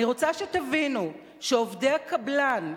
אני רוצה שתבינו שעובדי הקבלן,